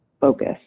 focus